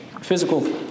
physical